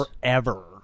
forever